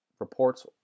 reports